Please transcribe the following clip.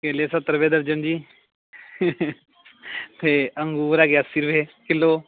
ਕੇਲੇ ਸੱਤਰ ਰੁਪਏ ਦਰਜਨ ਜੀ ਅੰਗੂਰ ਹੈਗੇ ਆ ਅੱਸੀ ਰੁਪਏ ਕਿੱਲੋ